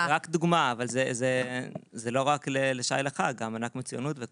רק דוגמה אבל זה לא אמור רק לגבי שי לחג אלא כל הרכיבים.